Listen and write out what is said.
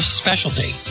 specialty